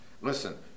Listen